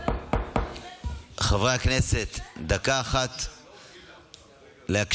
חברי הכנסת, דקה אחת להקשיב.